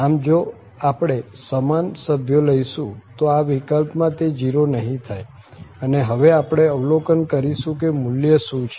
આમ જો આપને સમાન સભ્યો લઈશું તો આ વિકલ્પમાં તે 0 નહિ થાય અને હવે આપણે અવલોકન કરીશું કે મુલ્ય શું છે